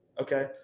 Okay